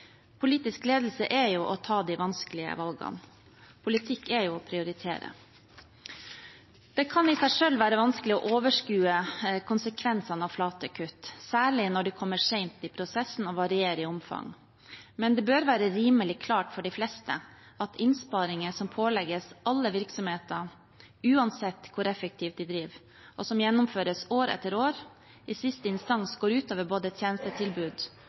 Politisk ledelse er jo å ta de vanskelige valgene. Politikk er å prioritere. Det kan i seg selv være vanskelig å overskue konsekvensene av flate kutt, særlig når de kommer sent i prosessen og varierer i omfang. Men det bør være rimelig klart for de fleste at innsparinger som pålegges alle virksomheter, uansett hvor effektivt de driver, og som gjennomføres år etter år, i siste instans går ut over både tjenestetilbud,